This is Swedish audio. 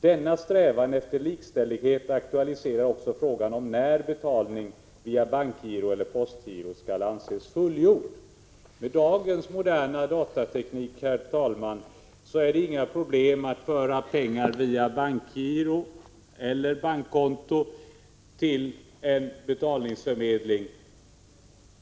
Denna strävan efter likställdhet aktualiserar också frågan om när betalning via bankgiro — eller postgiro — skall anses fullgjord.” Med dagens moderna datateknik är det, herr talman, inga problem att föra pengar via bankgiro eller bankkonto till en betalningsförmedling.